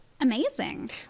amazing